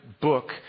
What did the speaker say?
book